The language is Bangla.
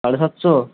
সাড়ে সাতশো